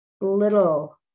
little